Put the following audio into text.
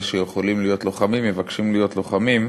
שיכולים להיות לוחמים מבקשים להיות לוחמים.